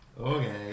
okay